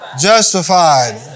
justified